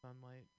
sunlight